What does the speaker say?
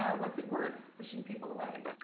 what's it worth, pushing people away?